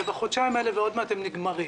בחודשיים האלה ועוד מעט הם נגמרים,